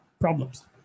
problems